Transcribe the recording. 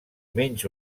menys